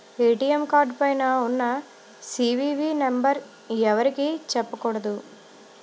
ATM card పైన ఉన్న CVV number ఎవరికీ చెప్పకూడదు